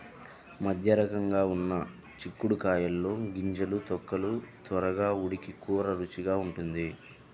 మధ్యరకంగా ఉన్న చిక్కుడు కాయల్లో గింజలు, తొక్కలు త్వరగా ఉడికి కూర రుచిగా ఉంటుంది